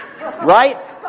Right